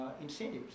incentives